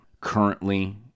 Currently